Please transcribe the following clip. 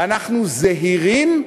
ואנחנו זהירים,